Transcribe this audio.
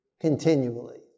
continually